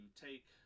take